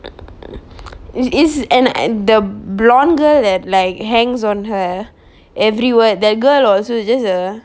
is is and and the blonde girl that like hangs on her every word that girl also just err